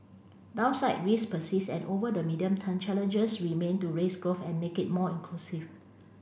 downside risks persist and over the medium term challenges remain to raise growth and make it more inclusive